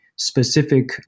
specific